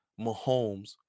Mahomes